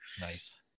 Nice